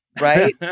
right